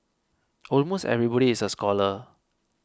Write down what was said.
almost everybody is a scholar